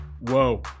Whoa